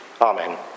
Amen